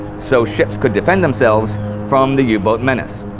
so ships could defend themselves from the u-boat menace.